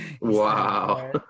Wow